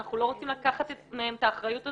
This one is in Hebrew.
אנחנו לא רוצים לקחת מהם את האחריות הזאת,